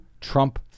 Trump